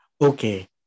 okay